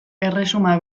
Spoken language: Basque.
erresuma